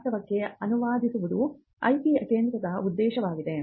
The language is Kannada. ವಾಸ್ತವಕ್ಕೆ ಅನುವಾದಿಸುವುದು IP ಕೇಂದ್ರದ ಉದ್ದೇಶವಾಗಿದೆ